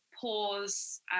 pause